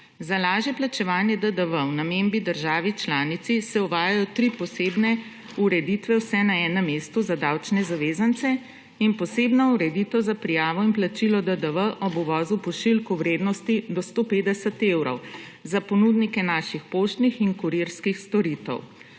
Za lažje plačevanje DDV v namembni državi članici se uvajajo tri posebne ureditve Vse na enem mestu za davčne zavezance in posebna ureditev za prijavo in plačilo DDV ob uvozu pošiljk v vrednosti do 150 evrov za ponudnike naših poštnih in kurirskih storitev.